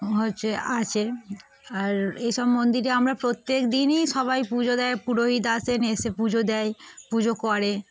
হচ্ছে আছে আর এইসব মন্দিরে আমরা প্রত্যেক দিনই সবাই পুজো দেয় পুরোহিত আসেন এসে পুজো দেয় পুজো করে